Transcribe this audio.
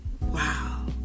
wow